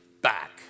back